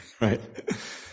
right